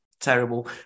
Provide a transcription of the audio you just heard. terrible